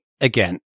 again